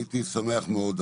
הייתי שמח מאוד,